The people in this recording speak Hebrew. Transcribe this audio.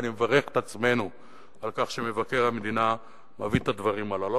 ואני מברך את עצמנו על כך שמבקר המדינה מביא את הדברים הללו.